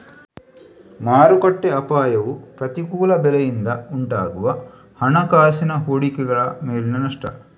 ಮಾರುಕಟ್ಟೆ ಅಪಾಯವು ಪ್ರತಿಕೂಲ ಬೆಲೆಯಿಂದ ಉಂಟಾಗುವ ಹಣಕಾಸಿನ ಹೂಡಿಕೆಗಳ ಮೇಲಿನ ನಷ್ಟ